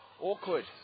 Awkward